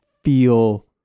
feel